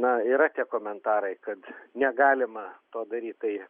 na yra tie komentarai kad negalima to daryt tai